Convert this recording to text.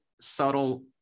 subtle